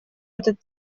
этот